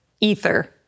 ether